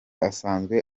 asanzwe